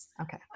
Okay